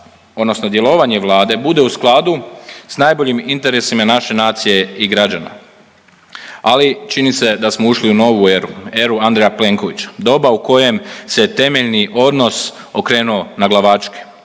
odnosno djelovanje Vlade bude u skladu sa najboljim interesima naše nacije i građana. Ali čini se da smo ušli u novu eru, eru Andreja Plenkovića. Doba u kojem se je temeljni odnos okrenuo naglavačke.